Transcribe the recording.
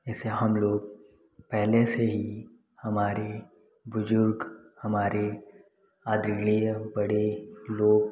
जैसे हम लोग पहले से ही हमारे बुजुर्ग हमारे आदरणीय बड़े लोग